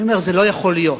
אני אומר: זה לא יכול להיות.